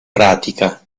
pratica